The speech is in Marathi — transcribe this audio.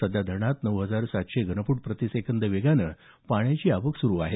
सध्या धरणात नऊ हजार सातशे घनफूट प्रतिसेकंद वेगानं पाण्याची आवक होत आहे